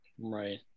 right